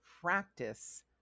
practice